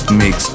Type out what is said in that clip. mix